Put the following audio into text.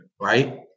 Right